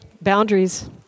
boundaries